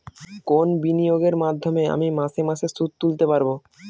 কোন বিনিয়োগের মাধ্যমে আমি মাসে মাসে সুদ তুলতে পারবো?